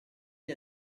gli